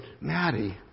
Maddie